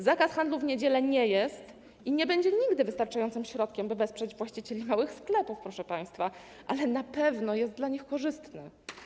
Zakaz handlu w niedziele nie jest i nie będzie nigdy wystarczającym środkiem, by wesprzeć właścicieli małych sklepów, ale na pewno jest dla nich korzystny.